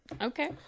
Okay